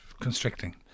constricting